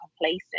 complacent